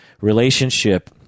relationship